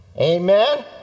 Amen